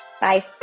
bye